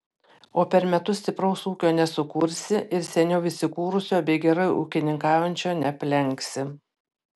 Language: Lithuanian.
o per metus stipraus ūkio nesukursi ir seniau įsikūrusio bei gerai ūkininkaujančio neaplenksi